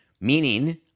Meaning